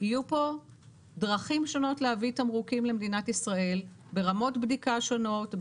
יהיו כאן דרכים שונות להביא תמרוקים למדינת ישראל ברמות בדיקה שונות,